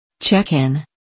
Check-in